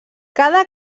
cada